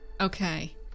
Okay